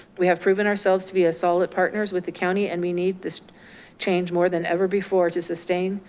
we have proven ourselves to be a solid partners with the county and we need this change more than ever before to sustain